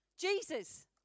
Jesus